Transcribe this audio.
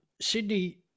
Sydney